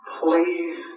please